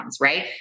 right